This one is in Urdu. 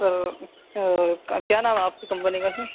سر کیا نام ہے آپ کی کمپنی کا سر